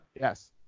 yes